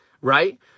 right